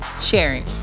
sharing